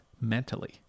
mentally